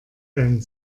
ein